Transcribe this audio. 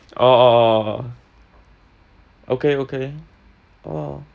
orh orh orh orh okay okay orh